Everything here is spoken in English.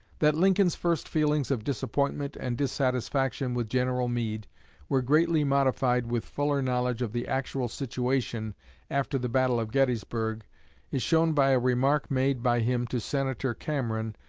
that lincoln's first feelings of disappointment and dissatisfaction with general meade were greatly modified with fuller knowledge of the actual situation after the battle of gettysburg is shown by a remark made by him to senator cameron,